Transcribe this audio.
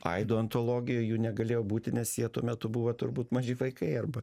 aido antologijoj jų negalėjo būti nes jie tuo metu buvo turbūt maži vaikai arba